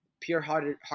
pure-hearted